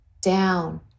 down